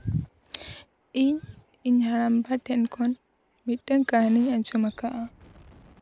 ᱤᱧ ᱤᱧ ᱦᱟᱲᱟᱢᱵᱟ ᱴᱷᱮᱱ ᱠᱷᱚᱱ ᱢᱤᱫᱴᱟᱹᱝ ᱠᱟᱹᱦᱱᱤᱧ ᱟᱸᱡᱚᱢ ᱟᱠᱟᱜᱼᱟ